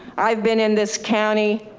i've been in this county